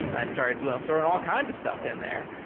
i started throwing all kinds of stuff in there.